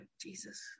Jesus